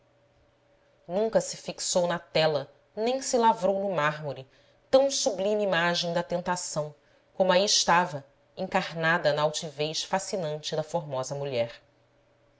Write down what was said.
nunca se fixou na tela nem se lavrou no mármore tão sublime imagem da tentação como aí estava encarnada na altivez fascinante da formosa mulher